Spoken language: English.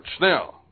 Now